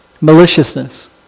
maliciousness